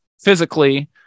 physically